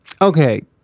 Okay